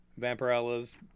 Vampirella's